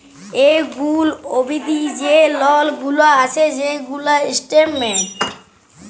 এখুল অবদি যে লল গুলা আসে সেগুলার স্টেটমেন্ট